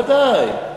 בוודאי.